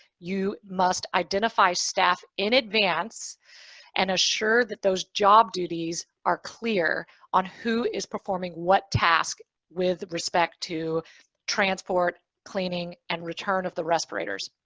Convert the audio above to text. you must identify staff in advance and assure that those job duties are clear on who is performing what task with respect to transport, cleaning, and return of the respirators.